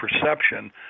perception